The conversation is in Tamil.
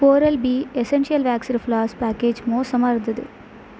oral B essential waxed flash package மோசமாக இருந்தது